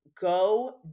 go